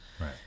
right